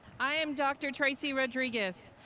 i am dr. tracy rodriguez,